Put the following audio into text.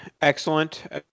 excellent